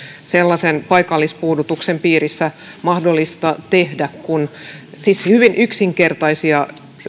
sellaisen paikallispuudutuksen piirissä mahdollista tehdä siis hyvin yksinkertaisia